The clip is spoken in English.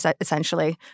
essentially